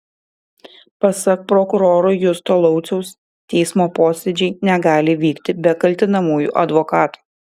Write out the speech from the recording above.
pasak prokuroro justo lauciaus teismo posėdžiai negali vykti be kaltinamųjų advokato